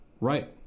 Right